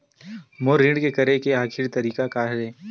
मोर ऋण के करे के आखिरी तारीक का हरे?